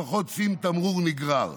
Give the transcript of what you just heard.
לפחות שים תמרור נגרר.